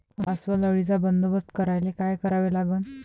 अस्वल अळीचा बंदोबस्त करायले काय करावे लागन?